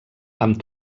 amb